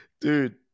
Dude